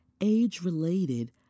age-related